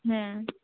ᱦᱮᱸ